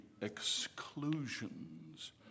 exclusions